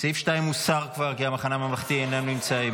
סעיף 2, כבר הוסרו, כי המחנה הממלכתי אינם נמצאים.